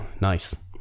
Nice